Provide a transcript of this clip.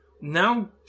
now